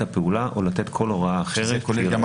הפעולה או לתת כל הוראה אחרת שיראה לנכון.